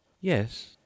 Yes